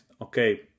okay